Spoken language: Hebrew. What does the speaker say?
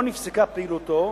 או שנפסקה פעילותו,